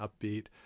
upbeat